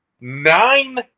nine